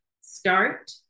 START